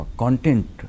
content